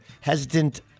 hesitant